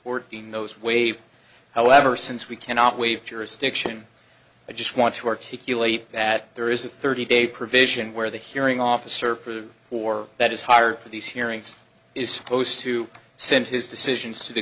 court in those waive however since we cannot wave jurisdiction i just want to articulate that there is a thirty day provision where the hearing officer for the or that is hired for these hearings is supposed to send his decisions to the